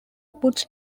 puts